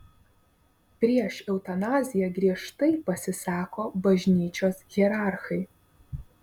prieš eutanaziją giežtai pasisako bažnyčios hierarchai